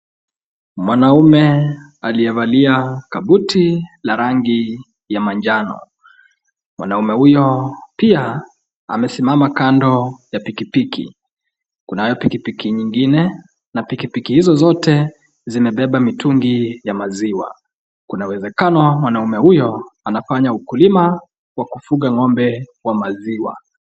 Mwanaume aliyevalia kabuti la rangi ya manjano. Mwanaume huyo pia amesimama kando ya pikipiki. Kunayo pikipiki nyingine, na pikipiki hizo zote zimebeba mitungi ya maziwa. Kuna uwezekano mwanaume huyo anafanya ukulima wa kufuga ng'ombe wa maziwa.